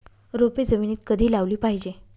रोपे जमिनीत कधी लावली पाहिजे?